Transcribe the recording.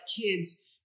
kids